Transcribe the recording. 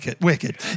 wicked